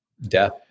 death